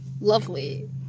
Lovely